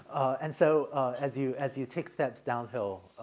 and so as you, as you take steps downhill,